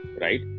right